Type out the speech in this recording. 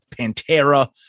Pantera